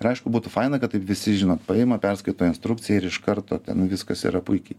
ir aišku būtų faina kad taip visi žinot paima perskaito instrukciją ir iš karto ten viskas yra puikiai